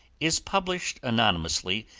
is published anonymously,